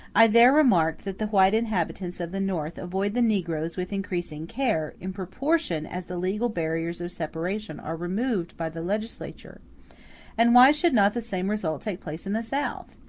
i there remarked that the white inhabitants of the north avoid the negroes with increasing care, in proportion as the legal barriers of separation are removed by the legislature and why should not the same result take place in the south?